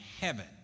heaven